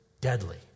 deadly